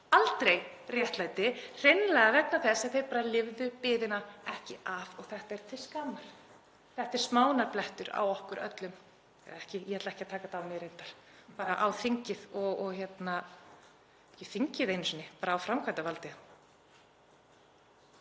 aldrei réttlæti, hreinlega vegna þess að þeir lifðu biðina ekki af. Þetta er til skammar. Þetta er smánarblettur á okkur öllum — eða ég ætla ekki að taka þetta á mig reyndar, bara á þinginu, ekki á þinginu einu sinni, bara framkvæmdarvaldinu.